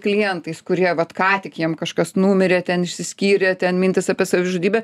klientais kurie vat ką tik jiem kažkas numirė ten išsiskyrė ten mintys apie savižudybę